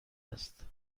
است